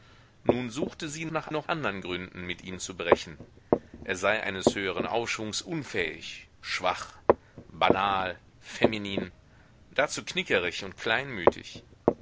nun suchte sie nach noch andern gründen mit ihm zu brechen er sei eines höheren aufschwungs unfähig schwach banal feminin dazu knickerig und kleinmütig